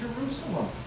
Jerusalem